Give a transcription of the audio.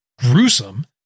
gruesome